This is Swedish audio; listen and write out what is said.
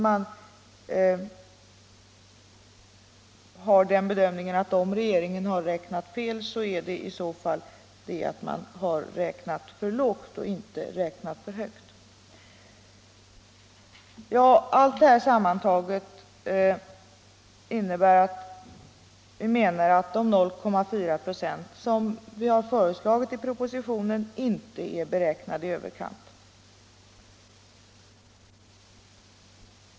Man har den bedömningen att om regeringen har räknat fel, har den i så fall räknat för lågt och inte för högt. Vi menar alltså att de 0,4 96 som vi har föreslagit i propositionen inte är beräknade i överkant.